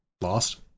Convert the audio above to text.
lost